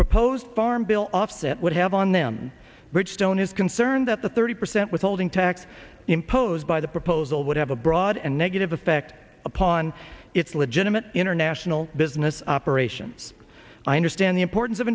proposed farm bill offset would have on them bridgestone is concerned that the thirty percent withholding tax imposed by the proposal would have a broad and negative effect upon its legitimate international business operations i understand the importance of